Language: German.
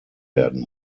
werden